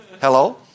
Hello